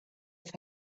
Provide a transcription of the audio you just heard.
have